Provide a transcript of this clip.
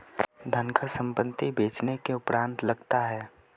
धनकर संपत्ति बेचने के उपरांत लगता है